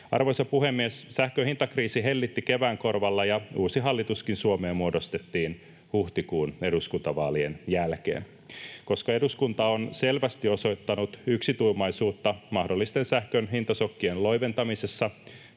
Arvoisa puhemies! Sähkön hintakriisi hellitti keväänkorvalla, ja uusi hallituskin Suomeen muodostettiin huhtikuun eduskuntavaalien jälkeen. Koska eduskunta on selvästi osoittanut yksituumaisuutta mahdollisten sähkön hintasokkien loiventamisessa,